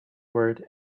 word